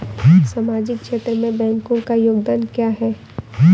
सामाजिक क्षेत्र में बैंकों का योगदान क्या है?